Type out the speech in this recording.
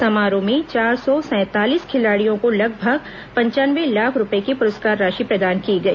समारोह में चार सौ सैंतालीस खिलाडियों को लगभग पंचानवे लाख रुपए की पुरस्कार राशि प्रदान की गई